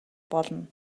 болно